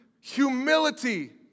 humility